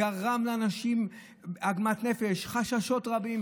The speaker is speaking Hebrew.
גרם לאנשים עוגמת נפש וחששות רבים.